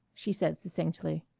she said succinctly.